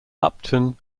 upton